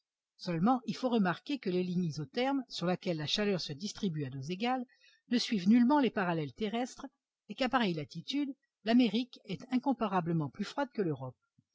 seulement il faut remarquer que les lignes isothermes sur lesquelles la chaleur se distribue à dose égale ne suivent nullement les parallèles terrestres et qu'à pareille latitude l'amérique est incomparablement plus froide que l'europe